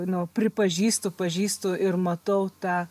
nu pripažįstu pažįstu ir matau tą